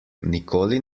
nikoli